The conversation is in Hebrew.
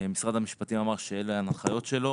משרד המשפטים אמר שאלה ההנחיות שלו